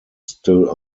still